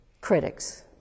critics